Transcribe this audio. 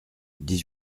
dix